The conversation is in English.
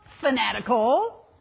fanatical